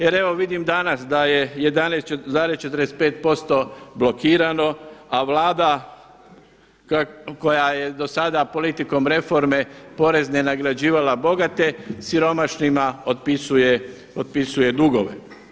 Jer evo vidim danas da je 11,45% blokirano, a Vlada koja je do sada politikom reforme porezne nagrađivala bogate siromašnima otpisuje dugove.